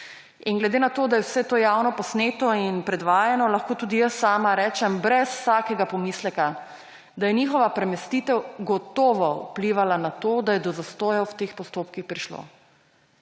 In glede na to, da je vse to javno posneto in predvajano, lahko tudi jaz sama rečem brez vsakega pomisleka, da je njihova premestitev gotovo vplivala na to, da je do zastoja v teh postopkih prišlo.